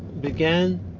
Began